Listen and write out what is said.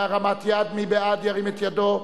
לחלופין, מי בעד, ירים את ידו.